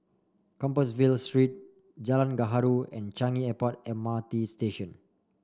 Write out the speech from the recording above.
Compassvale Street Jalan Gaharu and Changi Airport M R T Station